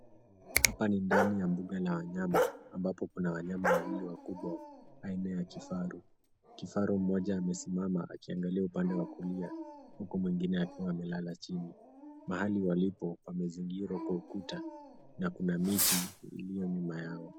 Hapa ni ndani ya mbuga la wanyama ambapo kuna wanyama wawili wakubwa aina ya kifaru. Kifaru mmoja amesimama akiangalia upande wa kulia huku mwingine akiwa amelala chini. Mahali walipo pamezingirwa na ukuta na kuna miti iliyo nyuma yao.